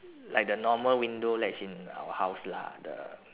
like the normal window ledge in our house lah the